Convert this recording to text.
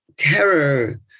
Terror